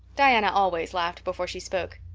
diana always laughed before she spoke.